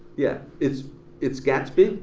yeah, it's it's gatsby.